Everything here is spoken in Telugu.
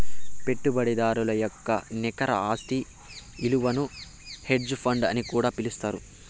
పెట్టుబడిదారుల యొక్క నికర ఆస్తి ఇలువను హెడ్జ్ ఫండ్ అని కూడా పిలుత్తారు